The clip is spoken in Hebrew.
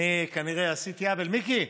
אני כנראה עשיתי עוול, מיקי,